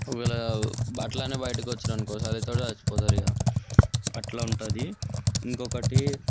ఒకవేళ అట్లనే బయటికి వచ్చినారనుకో చలితో సచ్చి పోతారు ఇగ అట్ల ఉంటుంది ఇంకొకటి